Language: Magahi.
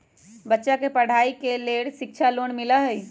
बच्चा के पढ़ाई के लेर शिक्षा लोन मिलहई?